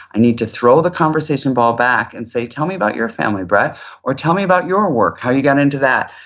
i need to throw the conversation ball back and say tell me about your family, brett or tell me about your work, how you got into that.